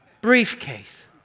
briefcase